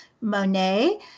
Monet